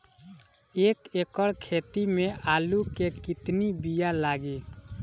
एक एकड़ खेती में आलू के कितनी विया लागी?